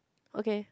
okay